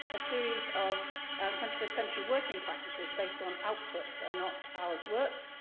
a series of twenty-first century working practices based on outputs and not hours worked,